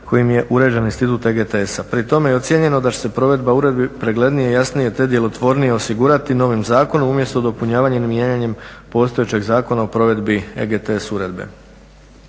kojim je uređen institut EGTS-a. Pri tome je ocjenjeno da će se provedba uredbi preglednije i jasnije, te djelotvornije osigurati novim zakonom umjesto dopunjavanjem ili mijenjanjem postojećeg Zakona o provedbi EGTS